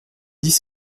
dix